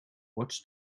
what’s